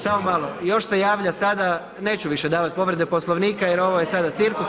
Samo malo još se javlja sada, neću više davati povrede poslovnika jer ovo je sada cirkus.